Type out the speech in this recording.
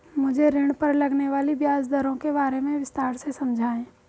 मुझे ऋण पर लगने वाली ब्याज दरों के बारे में विस्तार से समझाएं